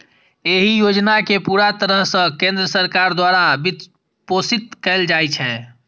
एहि योजना कें पूरा तरह सं केंद्र सरकार द्वारा वित्तपोषित कैल जाइ छै